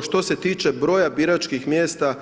Što se tiče broja biračkih mjesta,